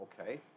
Okay